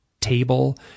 table